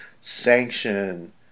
sanction